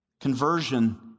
Conversion